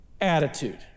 attitude